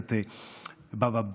במסכת בבא מציעא,